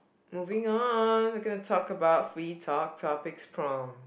moving on we gonna talk about free talk topics prompt